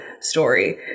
story